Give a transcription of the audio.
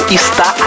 está